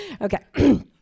Okay